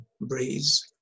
breeze